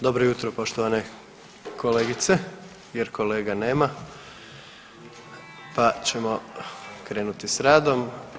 Dobro jutro poštovane kolegice jer kolega nema pa ćemo krenuti s radom.